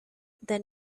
then